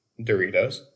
Doritos